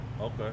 Okay